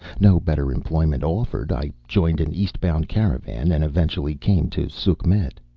no better employment offered. i joined an east-bound caravan and eventually came to sukhmet.